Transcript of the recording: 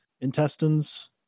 intestines